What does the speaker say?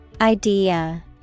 Idea